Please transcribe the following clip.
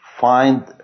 find